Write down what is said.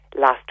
last